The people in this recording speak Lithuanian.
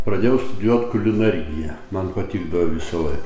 pradėjau studijuot kulinariją man patikdavo visąlai